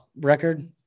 record